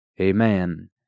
amen